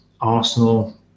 Arsenal